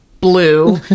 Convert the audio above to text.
blue